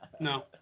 No